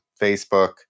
Facebook